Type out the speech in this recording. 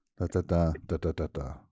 da-da-da-da-da-da-da